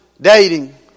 dating